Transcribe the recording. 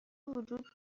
وجود